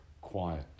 quiet